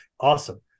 Awesome